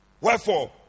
Wherefore